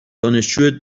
دانشجو